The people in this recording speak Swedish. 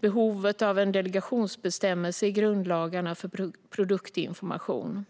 behovet av en delegationsbestämmelse i grundlagarna för produktinformation.